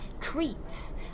Crete